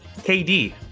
KD